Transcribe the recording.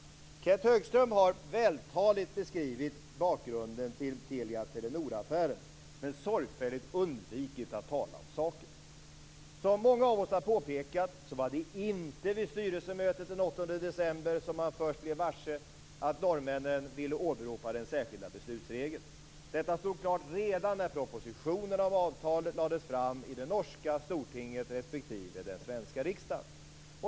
Kenth Högström har vältaligt beskrivit bakgrunden till Telia-Telenor-affären men sorgfälligt undvikit att tala om saken. Som många av oss har påpekat var det inte vid styrelsemötet den 8 december som man först blev varse att norrmännen ville åberopa den särskilda beslutsregeln. Detta stod klart redan när propositionen om avtalet lades fram i det norska stortinget respektive den svenska riksdagen.